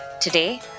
Today